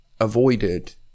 avoided